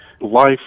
Life